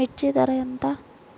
మిర్చి ధర ఎంత?